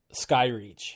Skyreach